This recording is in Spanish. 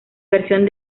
versión